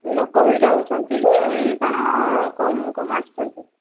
ଲୋକ ଭିଡ଼ ହେଉଛନ୍ତି କି କ'ଣ କମ କମ ଆସୁଛନ୍ତି